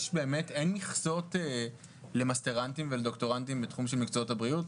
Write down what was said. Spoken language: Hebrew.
אין מכסות למסטרנטים ולדוקטורנטים בתחום של מקצועות הבריאות?